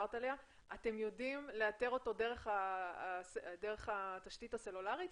תדעו לאתר אותו דרך התשתית הסלולרית?